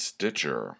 Stitcher